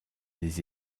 des